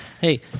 Hey